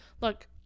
look